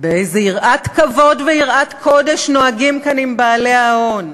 באיזו יראת כבוד ויראת קודש נוהגים כאן בבעלי ההון.